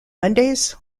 mondays